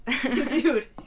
Dude